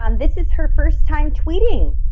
um this is her first time tweeting.